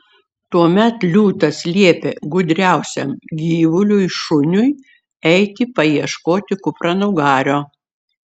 tuomet liūtas liepė gudriausiam gyvuliui šuniui eiti paieškoti kupranugario